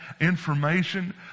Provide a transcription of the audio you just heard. information